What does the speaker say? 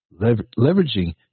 leveraging